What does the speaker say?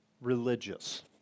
religious